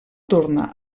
torna